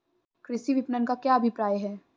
कृषि विपणन का क्या अभिप्राय है?